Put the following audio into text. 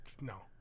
no